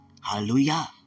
Hallelujah